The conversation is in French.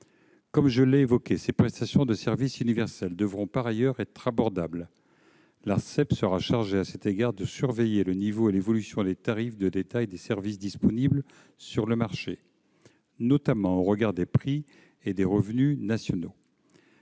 Comme je l'ai évoqué, ces prestations de service universel devront par ailleurs être abordables. À cet égard, l'Arcep sera chargée de surveiller le niveau et l'évolution des tarifs de détail des services disponibles sur le marché, notamment au regard des prix et des revenus nationaux.